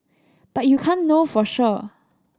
but you can't know for sure